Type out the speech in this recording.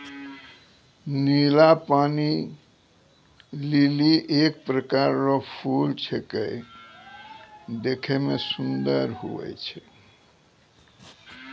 नीला पानी लीली एक प्रकार रो फूल छेकै देखै मे सुन्दर हुवै छै